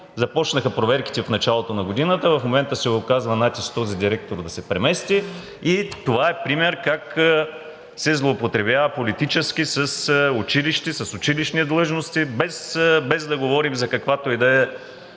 започнаха проверките в началото на годината, в момента се оказва натиск този директор да се премести и това е пример как се злоупотребява политически с училище, с училищни длъжности, без да говорим за каквато и